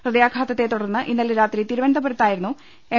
ഹൃദയാഘാതത്തെ തുടർന്ന് ഇന്നലെ രാത്രി തിരുവനന്തപുരത്തായിരുന്നു എം